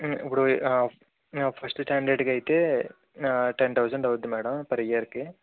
ఆ ఇప్పుడు ఆ ఫస్ట్ స్టాండర్డ్కి ఐతే ఆ టెన్ థౌసండ్ అవుద్ది మేడం పర్ ఇయర్ కి